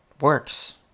works